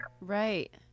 Right